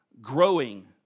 growing